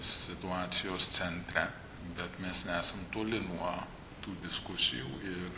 situacijos centre bet mes nesam toli nuo tų diskusijų ir